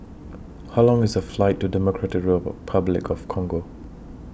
How Long IS The Flight to Democratic Republic of Congo